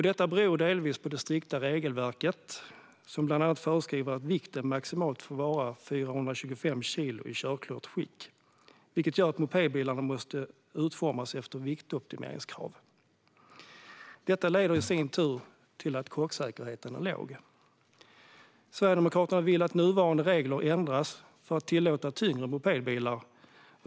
Detta beror delvis på det strikta regelverket som bland annat föreskriver att vikten maximalt får vara 425 kilo i körklart skick, vilket gör att mopedbilarna måste utformas efter viktoptimeringskrav. Det leder i sin tur till att krocksäkerheten är låg. Sverigedemokraterna vill att nuvarande regler ändras för att tillåta tyngre mopedbilar.